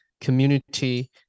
community